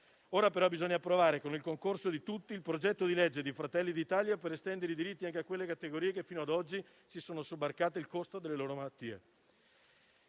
tutti, bisogna approvare il disegno di legge di Fratelli d'Italia per estendere i diritti anche a quelle categorie che fino ad oggi si sono sobbarcate il costo delle loro malattie.